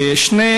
שני